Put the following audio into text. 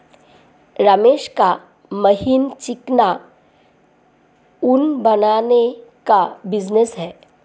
रमेश का महीन चिकना ऊन बनाने का बिजनेस है